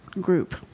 group